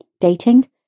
dating